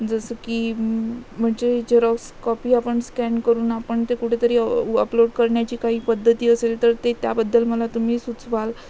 जसं की म्हणजे जेरॉक्स कॉपी आपण स्कॅन करून आपण ते कुठेतरी अपलोड करण्याची काही पद्धती असेल तर ते त्याबद्दल मला तुम्ही सुचवाल